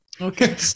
Okay